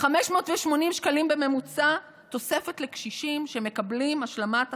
580 שקלים בממוצע תוספת לקשישים שמקבלים השלמת הכנסה,